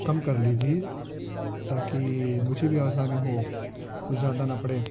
کم کر لیجیے تاکہ مجھے بھی آسانی ہو کچھ زیادہ نہ پڑے